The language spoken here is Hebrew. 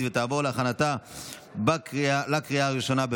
התשפ"ג 2023,